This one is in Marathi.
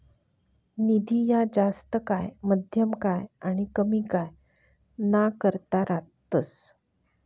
निधी ह्या जास्त काय, मध्यम काय आनी कमी काय ना करता रातस